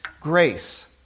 grace